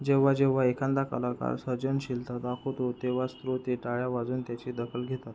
जेव्हा जेव्हा एखादा कलाकार सर्जनशीलता दाखवतो तेव्हा स्रोते टाळ्या वाजवून त्याची दखल घेतात